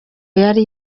yari